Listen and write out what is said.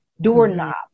doorknob